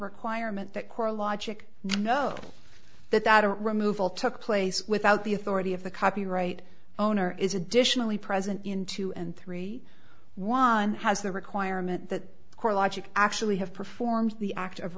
requirement that core logic know that that removal took place without the authority of the copyright owner is additionally present in two and three one has the requirement that core logic actually have performed the act of